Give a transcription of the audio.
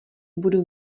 budu